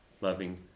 loving